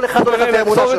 כל אחד הולך לפי האמונה שלו.